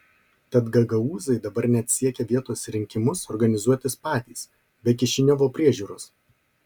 tad gagaūzai dabar net siekia vietos rinkimus organizuotis patys be kišiniovo priežiūros